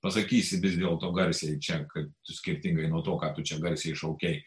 pasakysi vis dėlto garsiai čia kai skirtingai nuo to ką tu čia garsiai šaukei